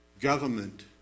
government